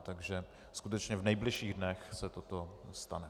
Takže skutečně v nejbližších dnech se toto stane.